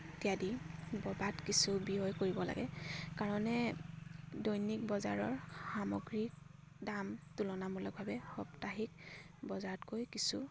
ইত্যাদি ববাদ কিছু ব্যয় কৰিব লাগে কাৰণে দৈনিক বজাৰৰ সামগ্ৰী দাম তুলনামূলকভাৱে সাপ্তাহিক বজাৰতকৈ কিছু